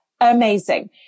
amazing